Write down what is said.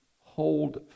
hold